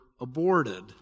aborted